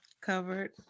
Covered